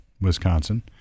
Wisconsin